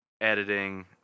editing